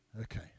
Okay